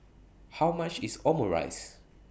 How much IS Omurice